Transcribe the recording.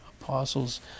apostles